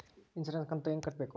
Insurance ಕಂತು ಹೆಂಗ ಕಟ್ಟಬೇಕು?